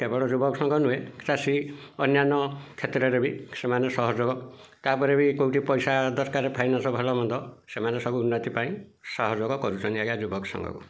କେବଳ ଯୁବକ ସଂଘ ନୁହେଁ ଚାଷୀ ଅନ୍ୟାନ୍ୟ କ୍ଷେତ୍ରରେ ବି ସେମାନେ ସହଯୋଗ ତାପରେ ବି କେଉଁଠି ପଇସା ଦରକାର ଫାଇନାନ୍ସ ଭଲ ମନ୍ଦ ସେମାନେ ସବୁ ଉନ୍ନତି ପାଇଁ ସହଯୋଗ କରୁଛନ୍ତି ଆଜ୍ଞା ଯୁବକ ସଂଘକୁ